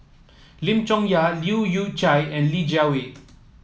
Lim Chong Yah Leu Yew Chye and Li Jiawei